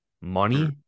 money